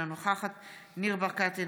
אינה נוכחת ניר ברקת,